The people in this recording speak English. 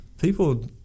People